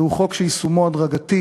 זהו חוק שיישומו הדרגתי.